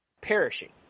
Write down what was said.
perishing